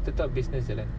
tu lah